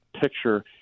picture